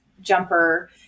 jumper